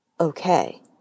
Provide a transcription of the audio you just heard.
okay